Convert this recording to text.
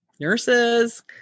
nurses